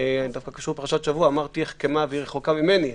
דווקא קשור לפרשת השבוע "אמרתי אחכמה והיא רחוקה ממני".